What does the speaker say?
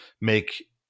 make